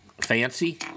Fancy